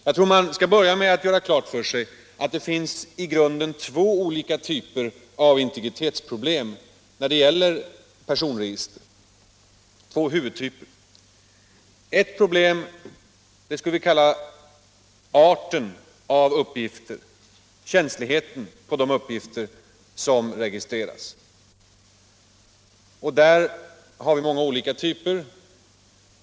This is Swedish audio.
Jag tror att man måste börja med att göra klart för sig att det finns i grunden två olika typer av integritetsproblem när det gäller personregister, två huvudtyper. Ett problem gäller arten av uppgifterna, känsligheten på de uppgifter som registreras. Där finns det många olika typer.